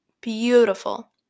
Beautiful